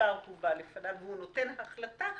דבר הובא לפניו והוא נותן החלטה,